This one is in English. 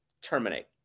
terminate